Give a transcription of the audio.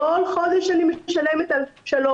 כל חודש אני משלמת על 3,